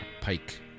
Pike